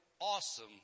awesome